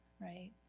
right